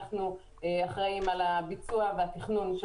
אנחנו אחראים על הביצוע והתכנון של